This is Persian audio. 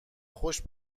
خوش